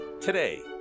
Today